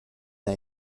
n’a